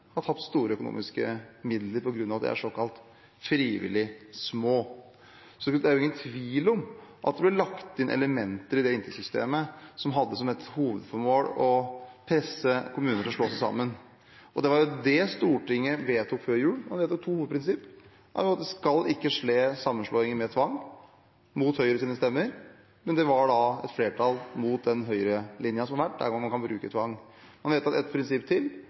har de tapt store økonomiske midler på grunn av at de er blant de såkalt frivillig små. Det er ingen tvil om at det ble lagt inn elementer i det inntektssystemet som hadde som et hovedformål å presse kommuner til å slå seg sammen. Det Stortinget vedtok før jul, var nettopp to hovedprinsipper, det ene var at det skal ikke skje sammenslåinger med tvang – mot Høyres stemmer, men det var da et flertall mot den Høyre-linja som har vært, der man kan bruke tvang. Og man vedtok et prinsipp til,